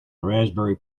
raspberry